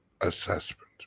assessment